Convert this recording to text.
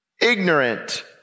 ignorant